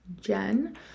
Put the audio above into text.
Jen